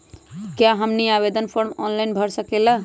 क्या हमनी आवेदन फॉर्म ऑनलाइन भर सकेला?